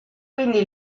quindi